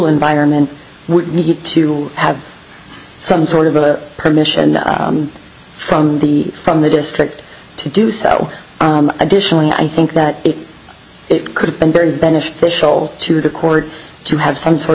environment would need to have some sort of a permission from the from the district to do so additionally i think that it could have been very beneficial to the court to have some sort